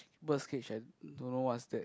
bird's cage and don't know what's that